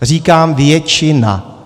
Říkám většina.